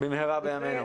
במהירה ובימינו.